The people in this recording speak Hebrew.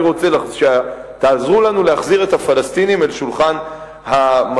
אני רוצה שתעזרו לנו להחזיר את הפלסטינים אל שולחן המשא-ומתן.